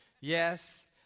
Yes